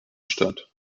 statt